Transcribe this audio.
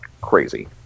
crazy